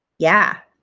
yeah.